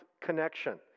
connection